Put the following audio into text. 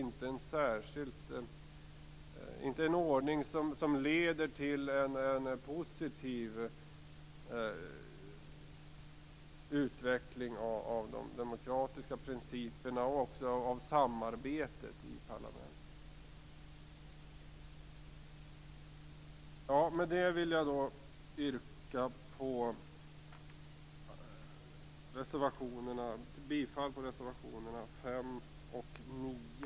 Det leder inte till någon positiv utveckling av de demokratiska principerna eller av samarbetet i parlamentet. Jag vill yrka bifall till reservationerna 5 och 9.